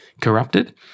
corrupted